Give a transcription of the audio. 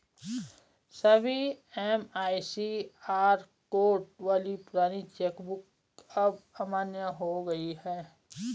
सभी MICR code वाली पुरानी चेक बुक अब अमान्य हो गयी है